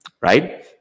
Right